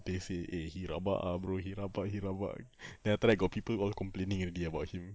they eh he rabak ah bro he rabak he rabak then after that got people all complaining already about him